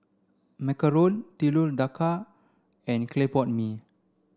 Macarons Telur Dadah and clay pot mee